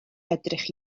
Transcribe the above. edrych